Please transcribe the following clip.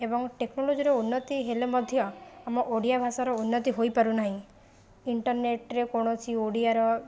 ଏବଂ ଟେକ୍ନୋଲୋଜିର ଉନ୍ନତି ହେଲେ ମଧ୍ୟ ଆମ ଓଡ଼ିଆ ଭାଷାର ଉନ୍ନତି ହୋଇ ପାରୁନାହିଁ ଇଣ୍ଟର୍ନେଟରେ କୌଣସି ଓଡ଼ିଆର